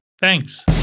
Thanks